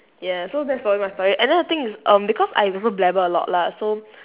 yeah so that's probably my story and then the thing is um because I also blabber a lot lah so